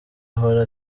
ahora